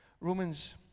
Romans